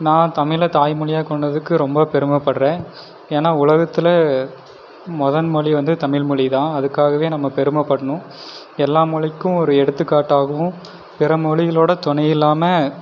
நான் தமிழை தாய்மொழியாக கொண்டதுக்கு ரொம்ப பெருமப்படுறேன் ஏன்னா உலகத்தில் முதன் மொழி வந்து தமிழ்மொழி தான் அதற்காகவே நம்ம பெருமப்படணும் எல்லா மொழிக்கும் ஒரு எடுத்துக்காட்டாகவும் பிறமொழிகளோட துணையில்லாமல்